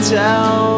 tell